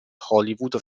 hollywood